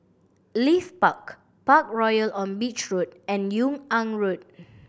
Leith Park Parkroyal on Beach Road and Yung An Road